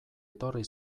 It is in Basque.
etorri